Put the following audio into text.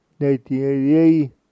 1988